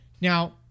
Now